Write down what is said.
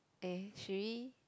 eh should we